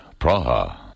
Praha